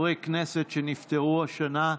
שנפטרו השנה.